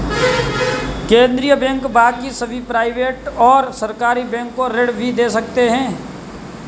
केन्द्रीय बैंक बाकी सभी प्राइवेट और सरकारी बैंक को ऋण भी दे सकते हैं